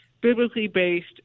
biblically-based